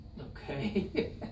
Okay